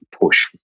push